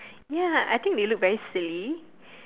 ya I think they look very silly